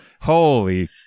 Holy